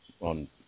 on